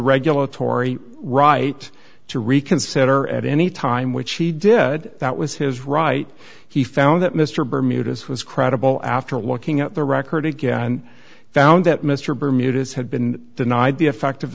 regulatory right to reconsider at any time which he did that was his right he found that mr bermuda's was credible after looking at the record again and found that mr bermuda's had been denied the effect